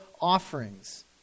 offerings